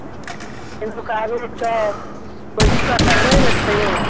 एनुका रोडके कोइ दिक्कत आर नहि ने छै यौ